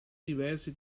diversi